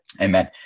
Amen